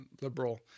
liberal